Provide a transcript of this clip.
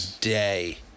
day